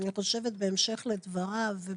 אני חושבת בהמשך לדבריו,